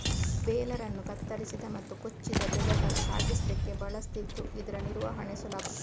baler ಅನ್ನು ಕತ್ತರಿಸಿದ ಮತ್ತು ಕೊಚ್ಚಿದ ಬೆಳೆಗಳ ಸಾಗಿಸ್ಲಿಕ್ಕೆ ಬಳಸ್ತಿದ್ದು ಇದ್ರ ನಿರ್ವಹಣೆ ಸುಲಭ